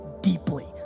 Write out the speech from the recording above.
deeply